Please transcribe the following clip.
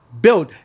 build